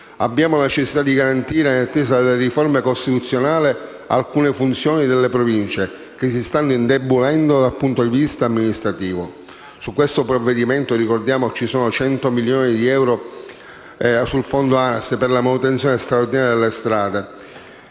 abbiamo la necessità di garantire, in attesa della riforma costituzionale, alcune funzioni delle Province, che si stanno indebolendo dal punto di vista amministrativo. Su questo provvedimento - ricordiamo - ci sono 100 milioni di euro del Fondo ANAS per la manutenzione straordinaria delle strade,